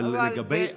אבל לגבי,